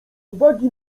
uwagi